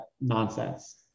nonsense